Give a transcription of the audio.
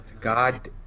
God